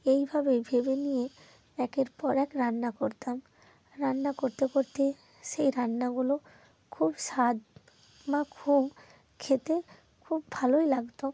এইভাবে ভেবে নিয়ে একের পর এক রান্না করতাম রান্না করতে করতে সেই রান্নাগুলো খুব স্বাদ বা খুব খেতে খুব ভালোই লাগত